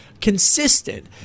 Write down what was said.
consistent